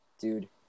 dude